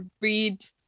read